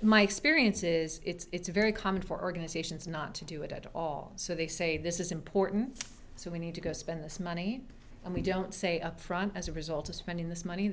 my experiences it's very common for organizations not to do it at all so they say this is important so we need to go spend this money and we don't say up front as a result of spending this money